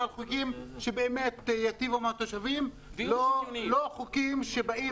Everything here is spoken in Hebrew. אבל חוקים שבאמת יטיבו עם התושבים ולא חוקים שבאים